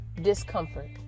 discomfort